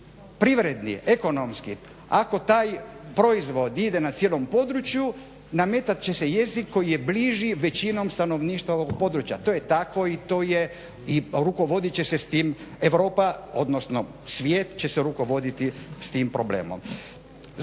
privredni, ekonomski, ako taj proizvod ide na cijelom području, nametati će se jezik koji je bliži većinom stanovništva ovog područja. To je tako i to je, rukovoditi će se s time Europa, odnosno svijet će se rukovoditi sa tim problemom.